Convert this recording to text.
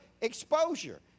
exposure